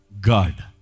God